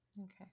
Okay